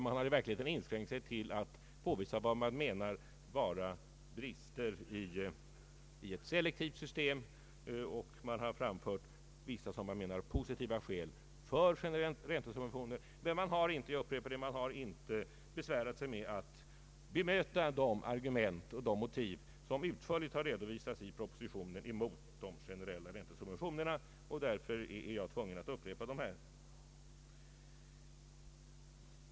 Man har i verkligheten inskränkt sig till alt påvisa vad man menar vara brister i ett selektivt system, och man har framfört vissa, som man anser positiva, skäl för räntesubventioner. Men jag upprepar att man inte har besvärat sig att bemöta de argument och motiv som utförligt har redovisats i propositionen mot de generella räntesubventionerna, och därför är jag tvungen att upprepa dem här.